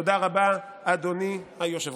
תודה רבה, אדוני היושב-ראש.